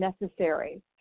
necessary